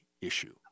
issue